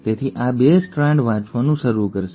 તેથી આ સ્ટ્રાન્ડ વાંચવાનું શરૂ કરશે